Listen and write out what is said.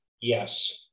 Yes